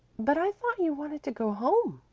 but i thought you wanted to go home,